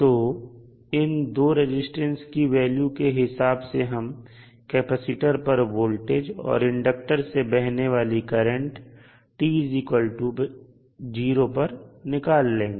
तो इन दो रजिस्टेंस की वैल्यू के हिसाब से हम कैपेसिटर पर वोल्टेज और इंडक्टर से बहने वाली करंट t0 पर निकाल लेंगे